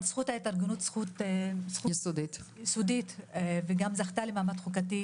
זכות ההתארגנות היא כמובן זכות יסודית שגם זכתה למעמד חוקתי,